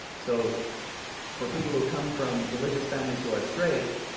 so for people who come from religious families who are straight,